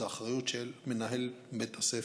זו אחריות של מנהל בית הספר,